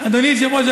אמירות מהסוג